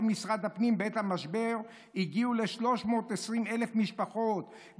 משרד הפנים בעת המשבר הגיעו ל-320,000 משפחות,